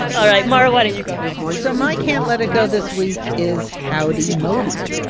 all right. mara, why don't you go next? so my can't let it go this week is howdy modi.